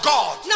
God